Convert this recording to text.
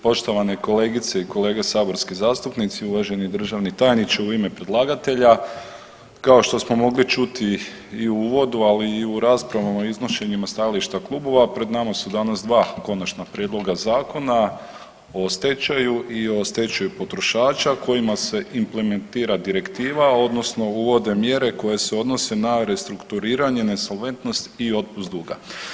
Poštovane kolegice i kolege saborski zastupnici, uvaženi državni tajniče u ime predlagatelja, kao što smo mogli čuti i u uvodu ali i u raspravama o iznošenjima stajališta klubova pred nama su danas dva Konačna prijedloga Zakona o stečaju i o stečaju potrošača kojima se implementira direktiva odnosno uvode mjere koje se odnose na restrukturiranje, nesolventnost i otpust duga.